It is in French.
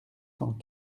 cent